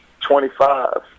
Twenty-five